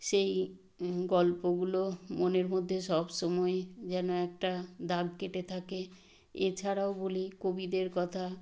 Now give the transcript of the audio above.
সেই গল্পগুলো মনের মধ্যে সব সময় যেন একটা দাগ কেটে থাকে এছাড়াও বলি কবিদের কথা